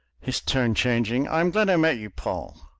his tone changing, i'm glad i met you, paul.